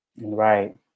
Right